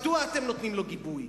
מדוע אתם נותנים לו גיבוי?